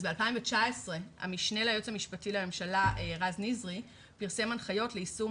אז ב-2019 המשנה ליועמ"ש רז נזרי פרסם הנחיות ליישום